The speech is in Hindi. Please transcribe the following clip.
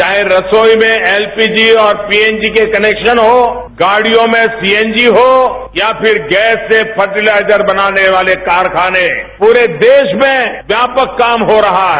चाहे रसोई में एलपीजी और पीएनजी के कनेक्शन हों गाड़ियों में सीएनजी हों या फिर गैस से फर्टिलाइजर बनाने वाले कारखानें पूरे देश में व्यापक काम हो रहा है